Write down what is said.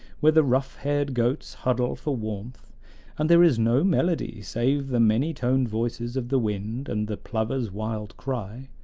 where the rough-haired goats huddle for warmth and there is no melody save the many-toned voices of the wind and the plover's wild cry.